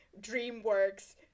DreamWorks